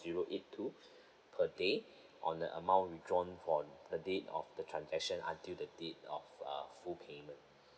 zero eight two per day on the amount drawn for the date of the transaction until the date of uh full payment